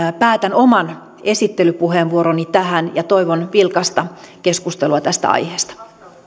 päätän oman esittelypuheenvuoroni tähän ja toivon vilkasta keskustelua tästä aiheesta